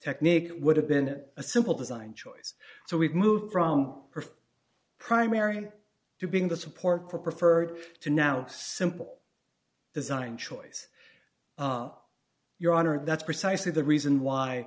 technique it would have been a simple design choice so we've moved from perfect primary to being the support for preferred to now simple design choice your honor that's precisely the reason why